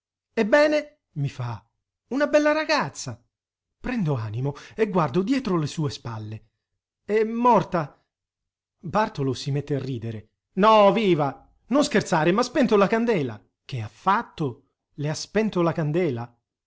ebbene mi fa una bella ragazza prendo animo e guardo dietro le sue spalle è morta bartolo si mette a ridere no viva non scherzare m'ha spento la candela che ha fatto le ha spento la candela